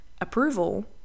approval